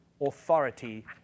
authority